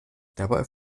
dabei